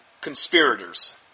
Conspirators